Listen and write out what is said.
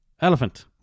Elephant